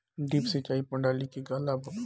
Drip सिंचाई प्रणाली के का लाभ ह?